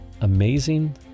amazing